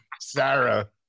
Sarah